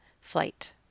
flight